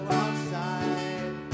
outside